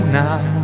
now